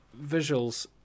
visuals